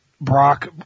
Brock